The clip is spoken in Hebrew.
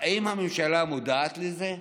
האם הממשלה מודעת לזה?